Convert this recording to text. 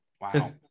Wow